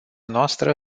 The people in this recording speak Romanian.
noastră